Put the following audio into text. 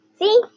See